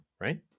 right